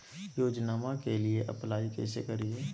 योजनामा के लिए अप्लाई कैसे करिए?